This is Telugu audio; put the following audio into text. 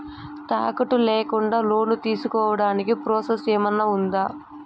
తాకట్టు లేకుండా లోను తీసుకోడానికి ప్రాసెస్ ఏమన్నా ఉందా?